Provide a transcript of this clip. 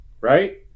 right